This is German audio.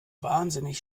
wahnsinnig